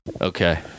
Okay